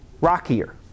rockier